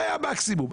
זה המקסימום.